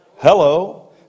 Hello